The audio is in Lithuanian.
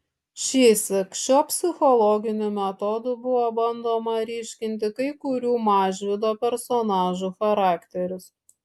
šįsyk šiuo psichologiniu metodu buvo bandoma ryškinti kai kurių mažvydo personažų charakterius